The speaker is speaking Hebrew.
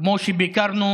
כמו שביקרנו